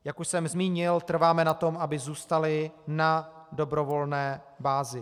Jak už jsem zmínil, trváme na tom, aby zůstaly na dobrovolné bázi.